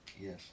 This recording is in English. Yes